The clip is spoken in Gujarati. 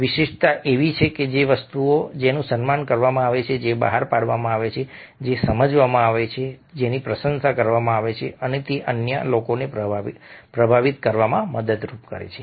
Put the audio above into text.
વિશિષ્ટતા એ એવી વસ્તુ છે જેનું સન્માન કરવામાં આવે છે જે બહાર પાડવામાં આવે છે જે સમજવામાં આવે છે પ્રશંસા કરવામાં આવે છે અને તે અન્ય લોકોને પ્રભાવિત કરવામાં મદદ કરે છે